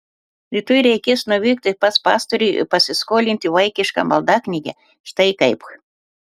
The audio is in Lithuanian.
rytoj reikės nuvykti pas pastorių ir pasiskolinti vaikišką maldaknygę štai kaip